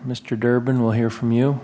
mr durban will hear from you